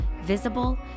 visible